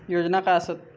योजना काय आसत?